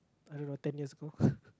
I don't know ten years ago